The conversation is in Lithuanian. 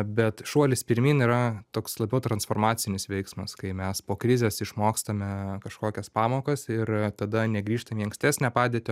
bet šuolis pirmyn yra toks labiau transformacinis veiksmas kai mes po krizės išmokstame kažkokias pamokas ir tada negrįžtam į ankstesnę padėtį